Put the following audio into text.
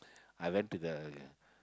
I went to the